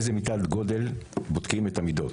באיזו מידת גודל בודקים את המידות